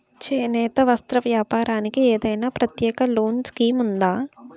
చేనేత వస్త్ర వ్యాపారానికి ఏదైనా ప్రత్యేక లోన్ స్కీం ఉందా?